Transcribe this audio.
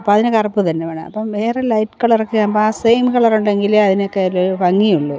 അപ്പോൾ അതിന് കറുപ്പ് തന്നെ വേണം അപ്പം വേറെ ലൈറ്റ് കളറൊക്കെ ആകുമ്പോൾ ആ സെയിം കളറുണ്ടങ്കിലേ അതിനൊക്കെ ഒരു ഭംഗി ഉള്ളു